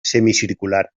semicircular